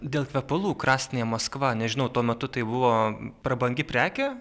dėl kvepalų krasnaja maskva nežinau tuo metu tai buvo prabangi prekė